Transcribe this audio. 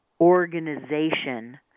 organization